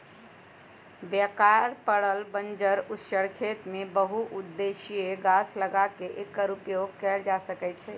बेकार पड़ल बंजर उस्सर खेत में बहु उद्देशीय गाछ लगा क एकर उपयोग कएल जा सकै छइ